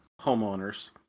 homeowners